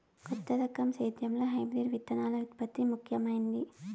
కొత్త రకం సేద్యంలో హైబ్రిడ్ విత్తనాల ఉత్పత్తి ముఖమైంది